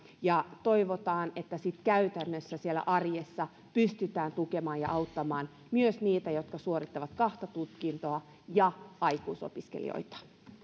toivotaan että käytännössä siellä arjessa pystytään sitten tukemaan ja auttamaan myös niitä jotka suorittavat kahta tutkintoa ja aikuisopiskelijoita